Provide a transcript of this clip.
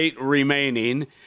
remaining